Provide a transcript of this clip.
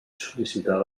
sol·licitar